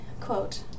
quote